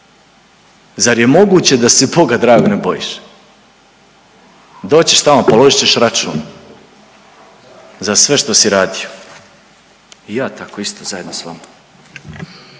zar je moguće da se Boga dragog ne bojiš? Doći ćeš tamo i položit ćeš račun za sve što si radio i ja tako isto zajedno s vama.